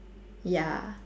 ya